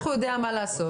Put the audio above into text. איך הוא יודע מה לעשות,